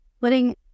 Putting